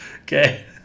Okay